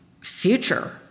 future